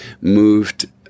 moved